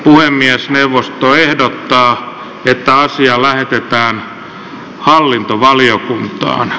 puhemiesneuvosto ehdottaa että asia lähetetään hallintovaliokuntaan